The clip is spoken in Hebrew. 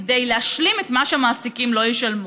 כדי להשלים את מה שהמעסיקים לא ישלמו.